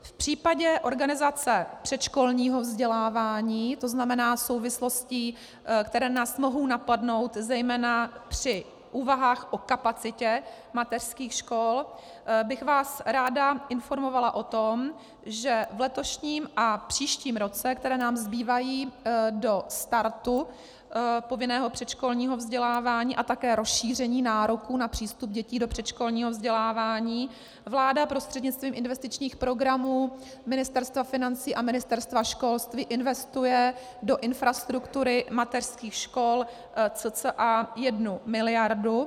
V případě organizace předškolního vzdělávání, to znamená souvislostí, které nás mohou napadnout zejména při úvahách o kapacitě mateřských škol, bych vás ráda informovala o tom, že v letošním a v příštím roce, které nám zbývají do startu povinného předškolního vzdělávání a také rozšíření nároků na přístup dětí do předškolního vzdělávání, vláda prostřednictvím investičních programů Ministerstva financí a Ministerstva školství investuje do infrastruktury mateřských škol cca jednu miliardu.